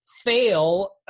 fail